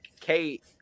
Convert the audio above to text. Kate